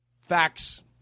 Facts